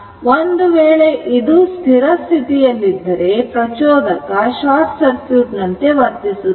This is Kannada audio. ಒಂದು ವೇಳೆ ಇದು ಸ್ಥಿರ ಸ್ಥಿತಿಯಲ್ಲಿದ್ದರೆ ಪ್ರಚೋದಕ ಶಾರ್ಟ್ ಸರ್ಕ್ಯೂಟ್ ನಂತೆ ವರ್ತಿಸುತ್ತದೆ